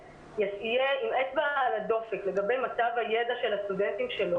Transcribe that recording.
יהיה עם אצבע על הדופק לגבי מצב הידע של הסטודנטים שלו